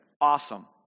awesome